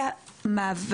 ומניעה,